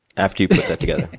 after you put that together?